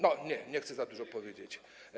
No nie, nie chcę za dużo powiedzieć.